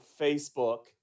Facebook